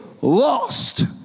lost